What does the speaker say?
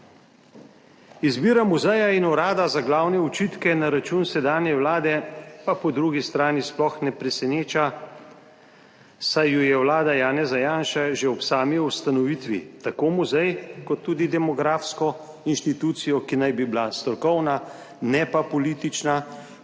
Izbira muzeja in urada za glavne očitke na račun sedanje vlade pa po drugi strani sploh ne preseneča, saj ju je vlada Janeza Janše že ob sami ustanovitvi, tako muzej kot tudi demografsko inštitucijo, ki naj bi bila strokovna in ne politična,